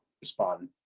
respond